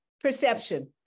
perception